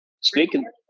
Speaking